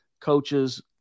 coaches